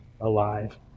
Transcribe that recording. alive